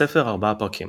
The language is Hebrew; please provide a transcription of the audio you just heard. בספר ארבעה פרקים